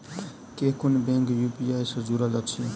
केँ कुन bank UPI सँ जुड़ल अछि?